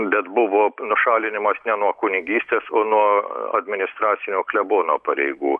bet buvo nušalinimas ne nuo kunigystės o nuo administracinio klebono pareigų